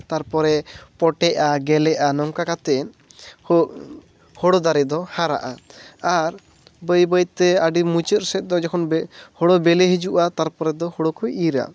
ᱛᱟᱨᱯᱚᱨᱮ ᱯᱚᱴᱮᱜᱼᱟ ᱜᱮᱞᱮᱜᱼᱟ ᱱᱚᱝᱠᱟ ᱠᱟᱛᱮᱫ ᱦᱳ ᱦᱳᱲᱳ ᱫᱟᱨᱮ ᱫᱚ ᱦᱟᱨᱟᱜᱼᱟ ᱟᱨ ᱵᱟᱹᱭ ᱵᱟᱹᱭᱛᱮ ᱟᱹᱰᱤ ᱢᱩᱪᱟᱹᱫ ᱥᱮᱫ ᱫᱚ ᱡᱚᱠᱷᱚᱱ ᱦᱳᱲᱳ ᱵᱮᱞᱮ ᱦᱤᱡᱩᱜᱼᱟ ᱛᱟᱨᱯᱚᱨᱮ ᱫᱚ ᱦᱳᱲᱳ ᱠᱚ ᱤᱨᱟ